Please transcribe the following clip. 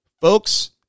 Folks